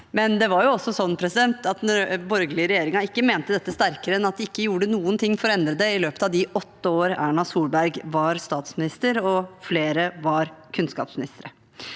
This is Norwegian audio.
Men det var også sånn at den borgerlige regjeringen ikke mente dette sterkere enn at de ikke gjorde noen ting for å endre det i løpet av de åtte årene Erna Solberg var statsminister og flere var kunnskapsministre.